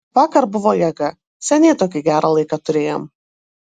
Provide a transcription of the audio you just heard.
vakar buvo jėga seniai tokį gerą laiką turėjom